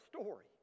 story